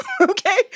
okay